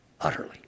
utterly